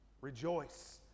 Rejoice